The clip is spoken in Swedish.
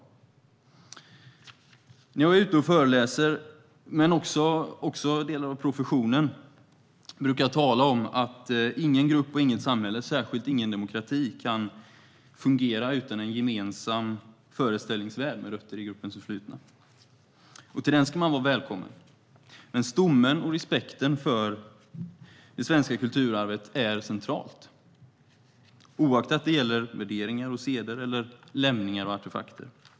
Jag brukar när jag är ute och föreläser, liksom även delar av professionen, tala om att ingen grupp och inget samhälle, särskilt ingen demokrati, kan fungera utan en gemensam föreställningsvärld med rötter i gruppens förflutna. Till den ska man vara välkommen. Men stommen i och respekten för det svenska kulturarvet är central, oavsett om det gäller värderingar och seder eller lämningar och artefakter.